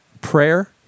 prayer